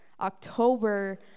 October